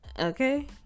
Okay